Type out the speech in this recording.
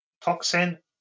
toxin